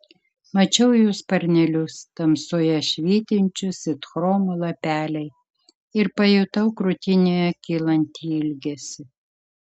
mačiau jų sparnelius tamsoje švytinčius it chromo lapeliai ir pajutau krūtinėje kylantį ilgesį